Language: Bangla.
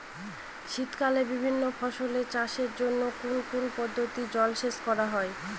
শীতকালে বিভিন্ন ফসলের চাষের জন্য কোন কোন পদ্ধতিতে জলসেচ করা হয়?